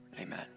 Amen